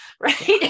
right